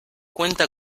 cuenta